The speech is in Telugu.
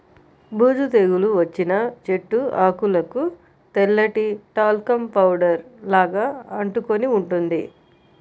బూజు తెగులు వచ్చిన చెట్టు ఆకులకు తెల్లటి టాల్కమ్ పౌడర్ లాగా అంటుకొని ఉంటుంది